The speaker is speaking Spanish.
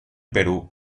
perú